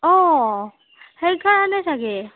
অঁ সেইকাৰণে চাগে